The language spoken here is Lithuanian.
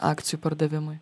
akcijų pardavimui